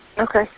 Okay